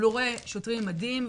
אבל הוא רואה שוטרים עם מדים,